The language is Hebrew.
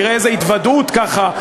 תראה איזו התוודות ככה.